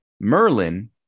Merlin